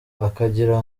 akagira